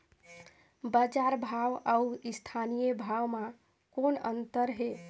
बजार भाव अउ स्थानीय भाव म कौन अन्तर हे?